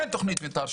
אין תכנית מתאר,